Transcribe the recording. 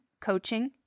coaching